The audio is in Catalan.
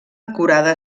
acurada